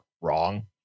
wrong